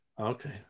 Okay